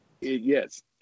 Yes